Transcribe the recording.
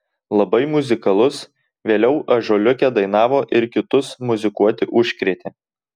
labai muzikalus vėliau ąžuoliuke dainavo ir kitus muzikuoti užkrėtė